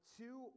two